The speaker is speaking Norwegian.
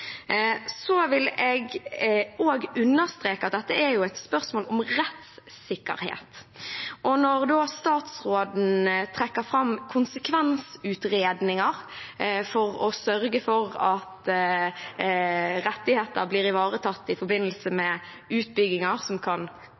Jeg vil også understreke at dette er et spørsmål om rettssikkerhet. Når statsråden da trekker fram konsekvensutredninger for å sørge for at rettigheter blir ivaretatt i forbindelse med utbygginger som kan